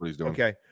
okay